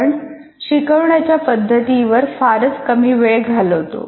आपण शिकवण्याच्या पद्धतींवर फारच कमी वेळ घालवतो